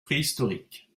préhistoriques